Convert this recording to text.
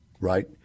Right